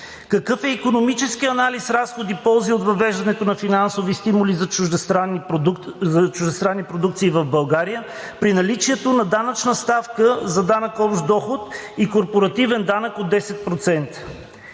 Какъв е икономическият анализ разходи – ползи, от въвеждането на финансови стимули за чуждестранни продукции в България при наличието на данъчна ставка за Данък общ доход и корпоративен данък от 10%?